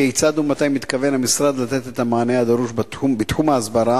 כיצד ומתי מתכוון המשרד לתת את המענה הדרוש בתחום ההסברה